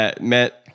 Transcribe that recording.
met